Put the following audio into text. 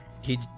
He-